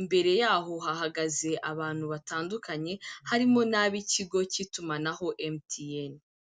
Imbere yaho hahagaze abantu batandukanye harimo n'ab'ikigo cy'itumanaho MTN.